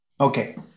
Okay